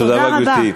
תודה רבה.